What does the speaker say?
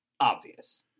obvious